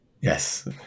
Yes